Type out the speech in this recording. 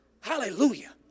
hallelujah